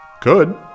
Good